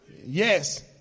Yes